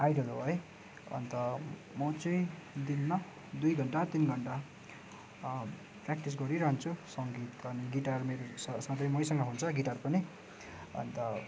idol हो है अन्त म चाहिँ दिनमा दुई घन्टा तिन घन्टा प्र्याक्टिस गरिरहन्छु सङ्गीत अनि गिटार मेरो स सधैँ मैसँग हुन्छ गिटार पनि अन्त